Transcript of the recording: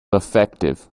effective